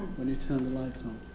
when you turn the lights on.